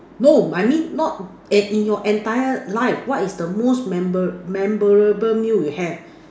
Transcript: no I mean not eh in your entire life what is the most memorable memorable you have